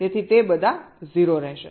તેથી તે બધા 0 રહેશે